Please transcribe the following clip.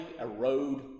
erode